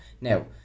Now